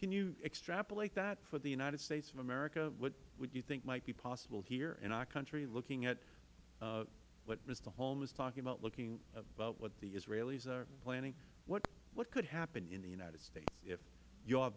can you extrapolate that for the united states of america what would you think might be possible here in our country looking at what mister holm is talking about looking at what the israelis are planning what could happen in the united states if your